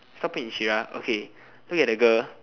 stop it okay look at the girl